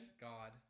God